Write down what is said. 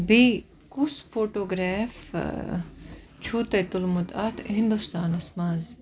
بیٚیہِ کُس فوٹوگریف چھو تۄہہِ تُلمُت اتھ ہِندُستانَس مَنٛز